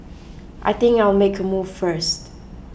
I think I'll make a move first